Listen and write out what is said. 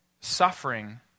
suffering